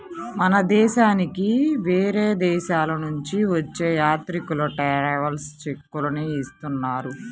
మన దేశానికి వేరే దేశాలనుంచి వచ్చే యాత్రికులు ట్రావెలర్స్ చెక్కులనే ఇస్తున్నారు